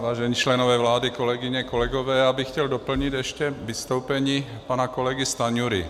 Vážení členové vlády, kolegyně, kolegové, já bych chtěl doplnit ještě vystoupení pana kolegy Stanjury.